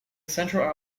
central